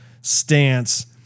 stance